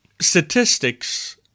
statistics